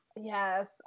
yes